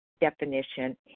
definition